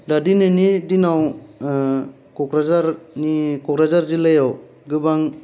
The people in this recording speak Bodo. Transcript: दा दिनैनि दिनाव ओ क'क्राझारनि क'क्राझार जिल्लायाव गोबां